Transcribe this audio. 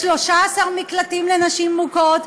יש 13 מקלטים לנשים מוכות.